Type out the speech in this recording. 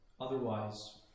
Otherwise